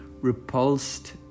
repulsed